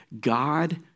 God